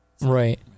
Right